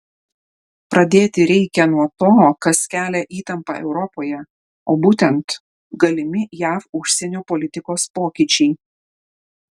pradėti reikia nuo to kas kelia įtampą europoje o būtent galimi jav užsienio politikos pokyčiai